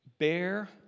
Bear